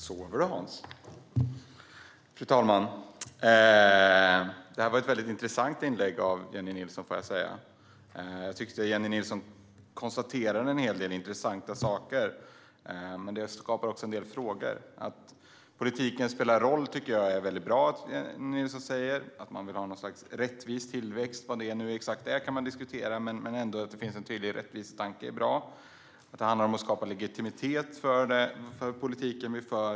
Fru talman! Jag får säga att det här var ett väldigt intressant inlägg av Jennie Nilsson. Hon konstaterade en hel del intressanta saker. Men det skapar också en del frågor. Det är bra att Jennie Nilsson säger att politiken spelar roll och att man vill ha något slags rättvis tillväxt. Exakt vad det är kan man diskutera, men det är bra att det finns en tydlig rättvisetanke. Det handlar om att skapa legitimitet för den politik som förs.